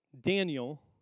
Daniel